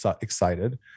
excited